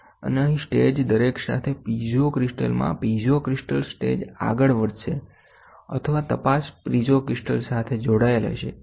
અને અહીં સ્ટેજ દરેક સાથે પીઝો ક્રિસ્ટલમાં પીઝો ક્રિસ્ટલ સ્ટેજ આગળ વધશે અથવા તપાસ પીઝો ક્રિસ્ટલ સાથે જોડાયેલ હશે